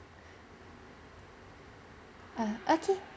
err okay